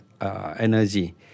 energy